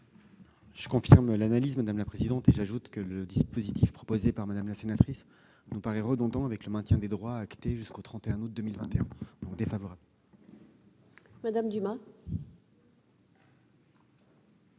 Je confirme l'analyse, en ajoutant que le dispositif proposé par Mme la sénatrice nous paraît redondant avec le maintien des droits acté jusqu'au 31 août 2021. Avis défavorable. Madame Dumas,